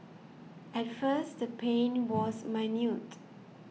at first the pain was minute